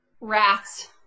Rats